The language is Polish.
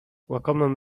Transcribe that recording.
łakomym